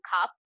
cup